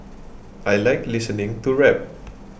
I like listening to rap